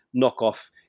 knockoff